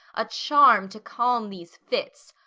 a charm to calm these fits,